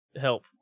help